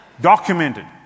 Documented